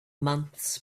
months